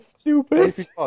stupid